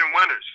winners